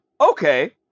okay